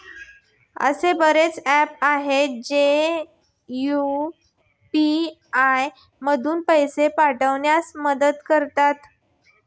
असे बरेच ऍप्स आहेत, जे यू.पी.आय मधून पैसे पाठविण्यास मदत करतात